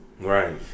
right